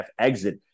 exit